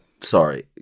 Sorry